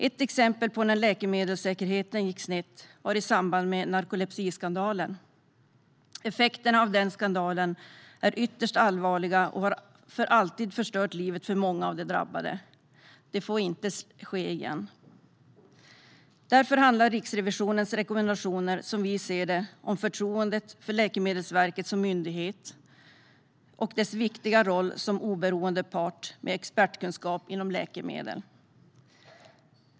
Ett exempel där det gick snett med läkemedelssäkerheten var narkolepsiskandalen. Effekterna av den skandalen är ytterst allvarliga och har för alltid förstört livet för många av de drabbade. Det får inte ske igen. Därför handlar Riksrevisionens rekommendationer, som vi ser det, om förtroendet för Läkemedelsverket som myndighet och dess viktiga roll som oberoende part med expertkunskap inom läkemedel.